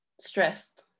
stressed